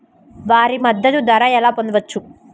వరి మద్దతు ధర ఎలా పొందవచ్చు?